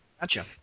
Gotcha